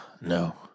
No